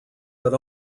but